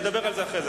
נדבר על זה אחר כך.